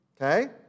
okay